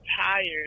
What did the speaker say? tired